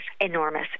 enormous